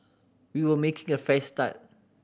we were making a fresh start